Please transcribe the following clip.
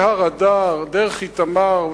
מהר-אדר דרך איתמר.